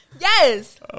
Yes